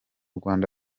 rwanda